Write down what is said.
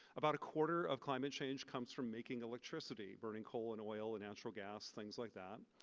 about a quarter of climate change comes from making electricity burning coal and oil and natural gas things like that.